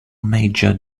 major